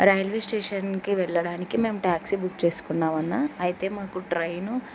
railway స్టేషన్కి వెళ్ళడానికి మేము ట్యాక్సీ బుక్ చేసుకున్నామన్నా అయితే మాకు ట్రైను